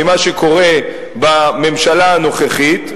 ממה שקורה בממשלה הנוכחית.